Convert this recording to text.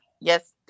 yes